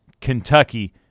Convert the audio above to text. Kentucky